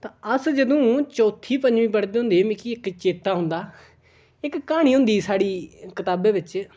ता अस जदूं चौथी पंजमीं पढ़दे होंदे हे मिकी इक चेता औंदा इक क्हानी होंदी ही साढ़ी कताबै बिच्च